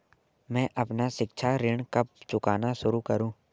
मैं अपना शिक्षा ऋण कब चुकाना शुरू करूँ?